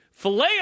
Filet